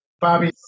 Bobby